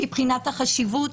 מבחינת החשיבות,